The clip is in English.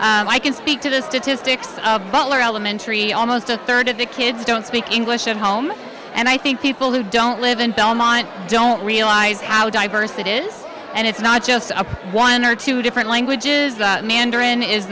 i can speak to the statistics of butler elementary almost a third of the kids don't speak english at home and i think people who don't live in belmont don't realize how diverse that is and it's not just one or two different languages that mandarin is